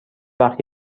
وقت